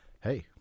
Hey